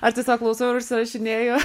aš tiesiog klausau ir užsirašinėju